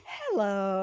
hello